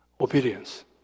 Obedience